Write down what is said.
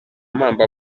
mamba